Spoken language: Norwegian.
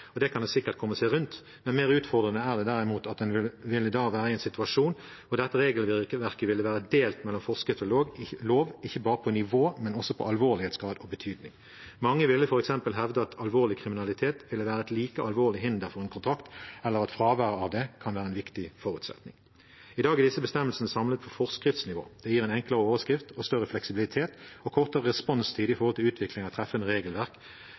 det kan en sikkert komme seg rundt. Mer utfordrende er det derimot at en da vil være i en situasjon hvor dette regelverket ville være delt mellom forskrift og lov, ikke bare på nivå, men også når det gjelder alvorlighetsgrad og betydning. Mange ville f.eks. hevde at alvorlig kriminalitet vil være et like alvorlig hinder for kontrakt, eller at fraværet av det kan være en viktig forutsetning. I dag er disse bestemmelsene samlet på forskriftsnivå. Det gir en enklere oversikt, større fleksibilitet og kortere responstid når det gjelder utvikling av et treffende regelverk.